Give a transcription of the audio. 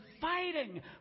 fighting